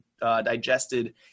digested